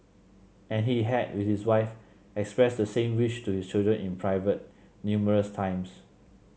and he had with his wife expressed the same wish to his children in private numerous times